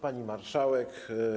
Pani Marszałek!